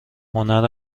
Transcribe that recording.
هنر